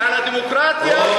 על הדמוקרטיה,